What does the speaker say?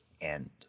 end